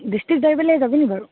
district লাইবেৰীলৈ যাবি নি বাৰু